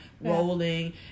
rolling